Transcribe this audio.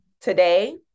today